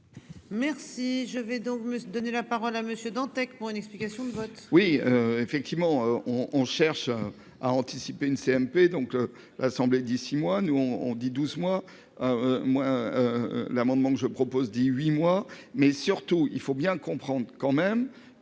Merci je vais donc me donner la parole à Monsieur Dantec pour une explication de vote. Oui effectivement on, on cherche à anticiper une CMP donc l'Assemblée d'ici moi nous on on dit 12 mois. Moins. L'amendement que je propose dit huit mois, mais surtout il faut bien comprendre quand même